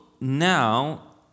Now